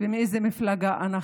ומאיזו מפלגה אנחנו: